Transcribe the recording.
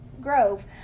Grove